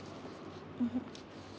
mmhmm